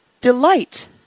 Delight